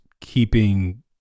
keeping